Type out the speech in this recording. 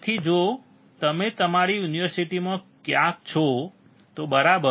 તેથી જો તમે તમારી યુનિવર્સિટીમાં ક્યાંક છો તો બરાબર